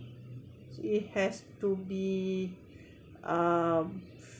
it has to be um